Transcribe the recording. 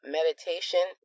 meditation